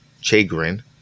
chagrin